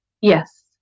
Yes